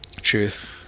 Truth